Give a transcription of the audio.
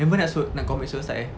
member nak sui~ nak commit suicide